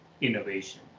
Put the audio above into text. innovation